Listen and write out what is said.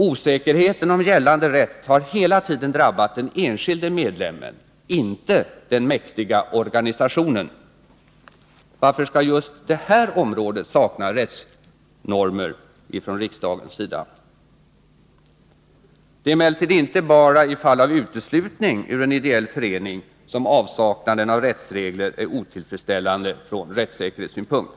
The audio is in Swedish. Osäkerheten om gällande rätt har hela tiden drabbat den enskilde medlemmen — inte den mäktiga organisationen. Varför skall just det här området sakna rättsnormer från riksdagens sida? Det är emellertid inte bara i fall av uteslutning ur en ideell förening som avsaknaden av rättsregler är otillfredsställande från rättssäkerhetssynpunkt.